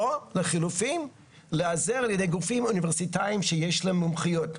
או לחלופין להיעזר על ידי גופים אוניברסיטאיים שיש להם מומחיות,